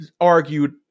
argued